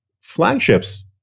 flagships